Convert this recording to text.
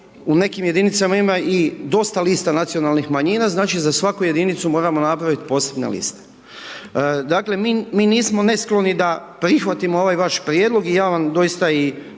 u nekim jedinicama ima i dosta lista nacionalnih manjina, znači, za svaku jedinicu moramo napraviti posebne liste. Dakle, mi nismo neskloni da prihvatimo ovaj vaš prijedlog, i ja vam doista i